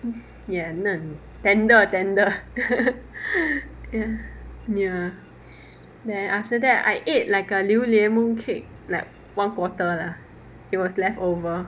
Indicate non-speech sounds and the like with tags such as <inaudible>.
ya 嫩 tender tender <laughs> ya then after that I ate like a 榴莲 mooncake like one quarter lah it was leftover